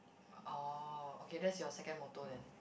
oh okay that's your second motto then